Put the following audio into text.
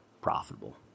profitable